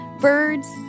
birds